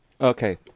okay